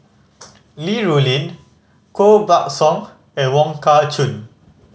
Li Rulin Koh Buck Song and Wong Kah Chun